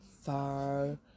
far